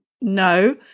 No